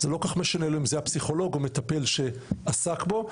לא כל כך משנה לו אם זה היה פסיכולוג או מטפל שעסק בו.